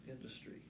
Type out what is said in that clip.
industry